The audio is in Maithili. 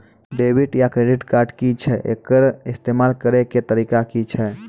डेबिट या क्रेडिट कार्ड की छियै? एकर इस्तेमाल करैक तरीका की छियै?